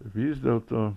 vis dėlto